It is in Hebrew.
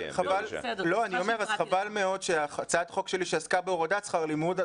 אז חבל מאוד שהצעת החוק שלי שעסקה בהורדת שכר הלימוד,